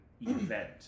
event